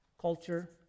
culture